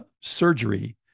surgery